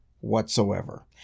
whatsoever